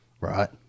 right